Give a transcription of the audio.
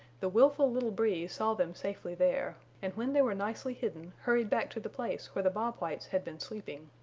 the willful little breeze saw them safely there, and when they were nicely hidden hurried back to the place where the bob whites had been sleeping.